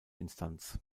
instanz